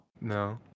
No